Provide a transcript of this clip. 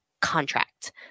contract